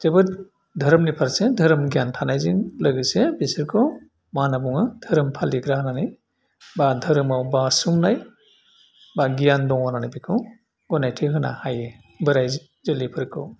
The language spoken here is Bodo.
जोबोद धोरोमनि फारसे धोरोम गियान थानायजों लोगोसे बिसोरखौ मा होनना बुङो धोरोम फालिग्रा होननानै बा धोरोमाव बासुंनाय बा गियान दङ होननानै बिखौ गनायथि होनो हायो बोराइ जो जोलैफोरखौ